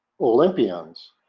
olympians